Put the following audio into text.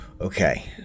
okay